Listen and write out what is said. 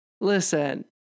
Listen